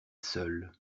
seul